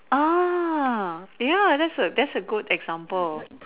uh ya that's a that's a good example